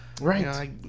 Right